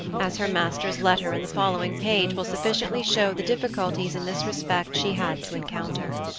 as her master's letter in the following page will sufficiently show the difficulties in this respect she had to encounter.